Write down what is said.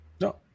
No